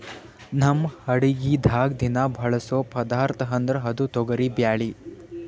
ನಮ್ ಅಡಗಿದಾಗ್ ದಿನಾ ಬಳಸೋ ಪದಾರ್ಥ ಅಂದ್ರ ಅದು ತೊಗರಿಬ್ಯಾಳಿ